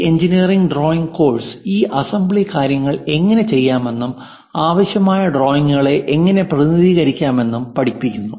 ഈ engineering drawing course ഈ assembly കാര്യങ്ങൾ എങ്ങനെ ചെയ്യാമെന്നും ആവശ്യമായ ഡ്രോയിംഗുകളെ എങ്ങനെ പ്രതിനിധീകരിക്കാമെന്നും പഠിപ്പിക്കുന്നു